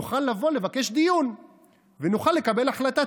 נוכל לבוא ולבקש דיון ונוכל לקבל החלטה,